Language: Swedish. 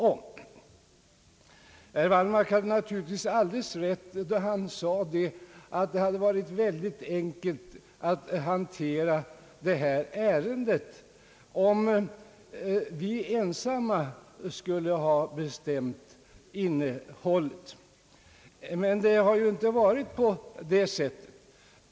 Herr Wallmark har naturligtvis alldeles rätt då han sade att det hade varit mycket enkelt att handlägga detta ärende, om vi ensamma skulle ha bestämt innehållet. Men det har inte varit på det sättet.